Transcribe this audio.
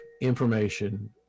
information